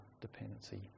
dependency